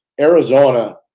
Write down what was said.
Arizona